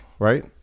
Right